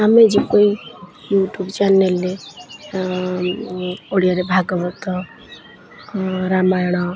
ଆମେ ଯେପରି YouTube ଚ୍ୟାନେଲ୍ରେ ଓଡ଼ିଆରେ ଭାଗବତ ରାମାୟଣ